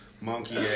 monkey